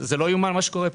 לא ייאמן מה שקורה פה.